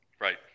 right